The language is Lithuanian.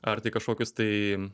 ar tai kažkokius tai